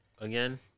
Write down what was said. again